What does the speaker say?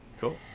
Cool